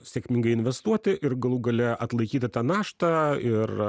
sėkmingai investuoti ir galų gale atlaikyti tą naštą ir